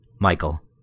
Michael